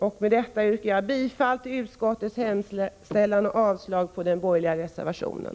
Med detta, herr talman, yrkar jag bifall till skatteutskottets hemställan och avslag på den borgerliga reservationen.